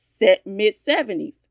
mid-70s